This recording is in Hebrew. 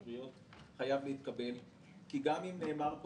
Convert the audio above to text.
והמפר חדל מההפרה בתוך זמן סביר לאחר שקיבל